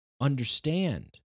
understand